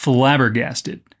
Flabbergasted